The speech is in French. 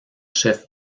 chef